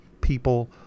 people